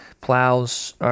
plows